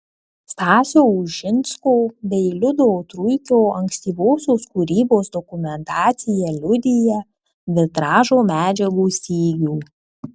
stasio ušinsko bei liudo truikio ankstyvosios kūrybos dokumentacija liudija vitražo medžiagų stygių